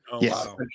Yes